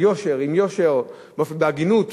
ביושר, בהגינות,